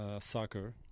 soccer